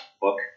book